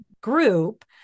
group